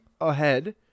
ahead